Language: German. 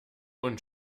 und